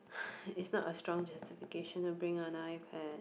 is not a strong justification to bring an iPad